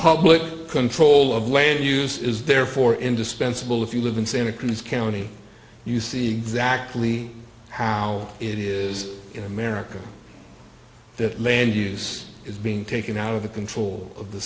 public control of land use is therefore indispensable if you live in santa cruz county you see exactly how it is in america that mandy's is being taken out of the control of the